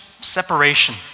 separation